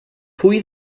pwy